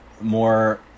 more